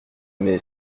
mais